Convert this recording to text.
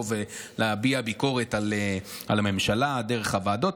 ולהביע ביקורת על הממשלה דרך הוועדות,